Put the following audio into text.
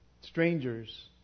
strangers